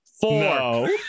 four